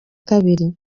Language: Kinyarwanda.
kabiri